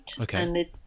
Okay